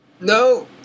No